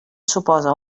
suposa